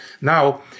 Now